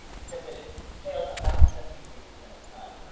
except that it failed about seventy three percent of the time.